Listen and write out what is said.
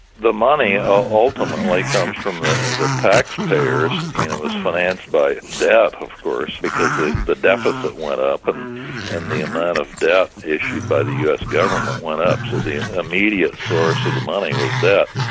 the money ultimately comes from the the taxpayers-i mean, it was financed by debt, of course, because the the deficit went up and and the amount of debt issued by the us government went up, so the immediate source of the money was debt.